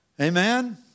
Amen